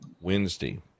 Wednesday